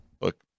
look